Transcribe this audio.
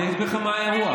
אני אסביר לכם מה אירוע.